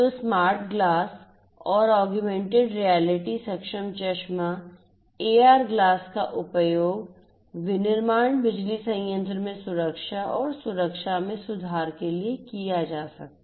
तो smart glass और augmented reality सक्षम चश्मा एआर ग्लास का उपयोग विनिर्माण बिजली संयंत्र में सुरक्षा और सुरक्षा में सुधार के लिए किया जा सकता है